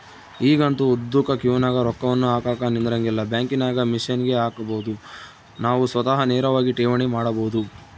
ಈಗಂತೂ ಉದ್ದುಕ ಕ್ಯೂನಗ ರೊಕ್ಕವನ್ನು ಹಾಕಕ ನಿಂದ್ರಂಗಿಲ್ಲ, ಬ್ಯಾಂಕಿನಾಗ ಮಿಷನ್ಗೆ ಹಾಕಬೊದು ನಾವು ಸ್ವತಃ ನೇರವಾಗಿ ಠೇವಣಿ ಮಾಡಬೊದು